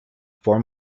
four